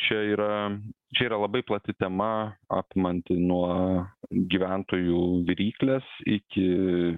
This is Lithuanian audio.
čia yra čia yra labai plati tema apimanti nuo gyventojų viryklės iki